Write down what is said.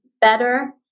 better